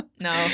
No